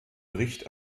gericht